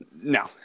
No